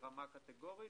ברמה קטגורית.